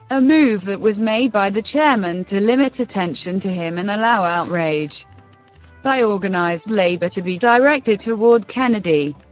a move that was made by the chairman to limit attention to him and allow outrage by organized labor to be directed toward kennedy.